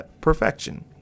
perfection